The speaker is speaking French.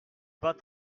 pas